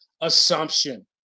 assumption